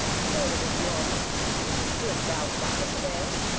saide this yeoman wilt thou far to-day?